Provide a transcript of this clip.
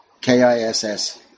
K-I-S-S